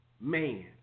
man